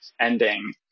ending